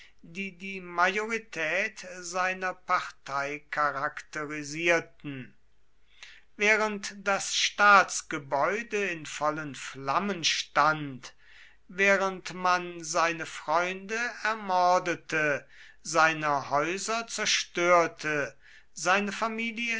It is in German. die majorität seiner partei charakterisierten